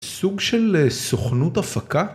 סוג של סוכנות הפקה